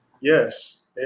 Yes